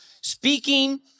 speaking